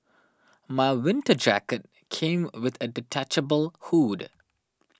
my winter jacket came with a detachable hood